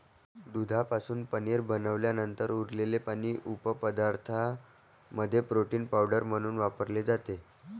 दुधापासून पनीर बनवल्यानंतर उरलेले पाणी उपपदार्थांमध्ये प्रोटीन पावडर म्हणून वापरले जाते